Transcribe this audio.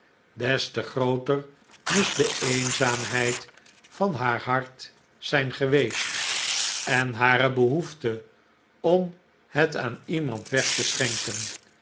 des te grooter moest de eenzaamheid van haar hart zijn geweest en hare behoefte om het aan iemand weg te schenken